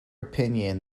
opinion